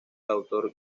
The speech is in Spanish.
autor